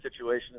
situation